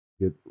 get